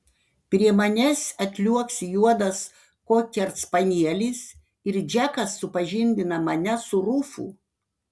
prie manęs atliuoksi juodas kokerspanielis ir džekas supažindina mane su rufu